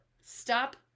Stop